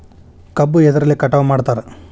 ಕಬ್ಬು ಎದ್ರಲೆ ಕಟಾವು ಮಾಡ್ತಾರ್?